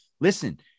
listen